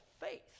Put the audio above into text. faith